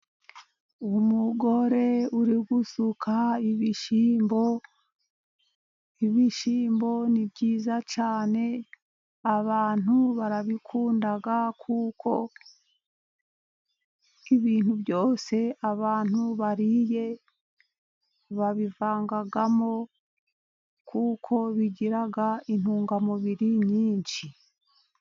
Umugore uri gusuka ibishyimbo. ibishyimbo ni byiza cyane. Abantu barabikunda kuko ibintu byose abantu bariye babivangamo, kuko bigiraga intungamubiri nyinshi.